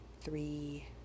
three